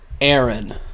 Aaron